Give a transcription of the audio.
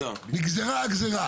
נגזרה הגזירה,